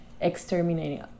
exterminating